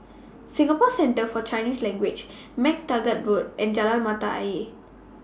Singapore Centre For Chinese Language MacTaggart Road and Jalan Mata Ayer